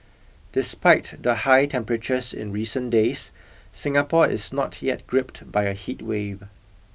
despite the high temperatures in recent days Singapore is not yet gripped by a heatwave